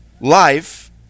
life